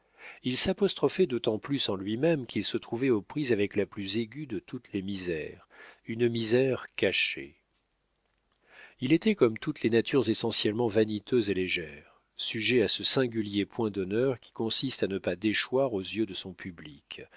il s'apostrophait d'autant plus en lui-même qu'il se trouvait aux prises avec la plus aiguë de toutes les misères une misère cachée il était comme toutes les natures essentiellement vaniteuses et légères sujet à ce singulier point d'honneur qui consiste à ne pas déchoir aux yeux de son public